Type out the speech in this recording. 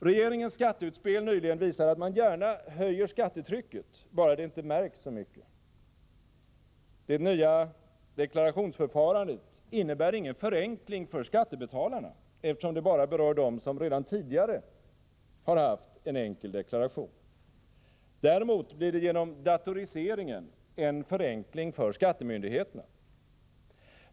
Regeringens skatteutspel nyligen visar att man gärna höjer skattetrycket, bara det inte märks så mycket. Det nya deklarationsförfarandet innebär ingen förenkling för skattebetalarna, eftersom det bara berör dem som redan tidigare har haft en enkel deklaration. Däremot blir det genom datoriseringen en förenkling för skattemyndigheterna.